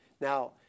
Now